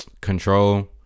Control